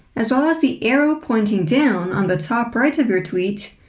as well as the arrow pointing down on the top right of your tweet,